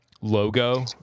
logo